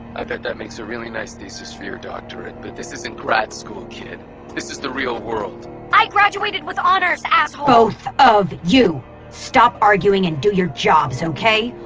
i bet that makes a really nice thesis for your doctorate, but this isn't grad school, kid this is the real world i graduated with honors, asshole! both of you stop arguing and do your jobs, okay?